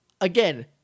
Again